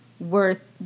worth